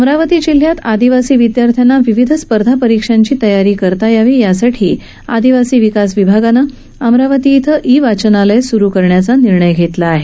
अमरावती जिल्ह्यातल्या आदिवासी विदयार्थ्यांना विविध स्पर्धा परीक्षांची तयारी करता येण्यासाठी आदिवासी विकास विभागानं अमरावती इथं ई वाचनालय सुरू करण्याचा निर्णय घेतला आहे